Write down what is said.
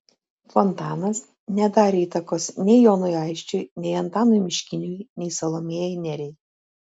fontanas nedarė įtakos nei jonui aisčiui nei antanui miškiniui nei salomėjai nėriai